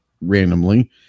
randomly